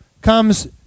comes